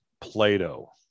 Plato